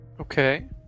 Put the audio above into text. Okay